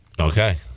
Okay